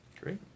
Great